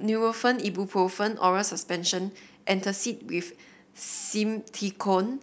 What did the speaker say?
Nurofen Ibuprofen Oral Suspension Antacid with Simethicone